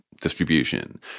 distribution